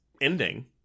ending